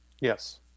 Yes